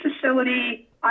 Facility